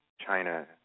China